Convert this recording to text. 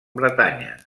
bretanya